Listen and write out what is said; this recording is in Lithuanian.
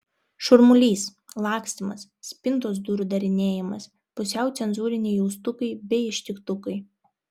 šurmulys lakstymas spintos durų darinėjimas pusiau cenzūriniai jaustukai bei ištiktukai